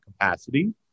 capacity